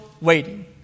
waiting